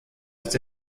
ist